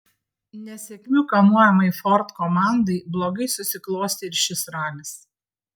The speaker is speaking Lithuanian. nesėkmių kamuojamai ford komandai blogai susiklostė ir šis ralis